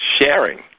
sharing